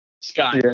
Scott